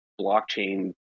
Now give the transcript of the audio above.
blockchain